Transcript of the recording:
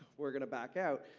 we're gonna back out.